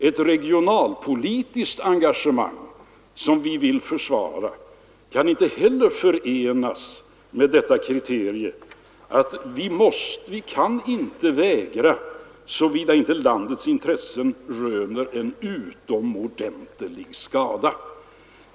Ett regionalpolitiskt engagemang som vi vill försvara kan inte heller förenas med detta kriterium. Vi kan inte vägra såvida inte landets intressen röner en utomordentlig skada.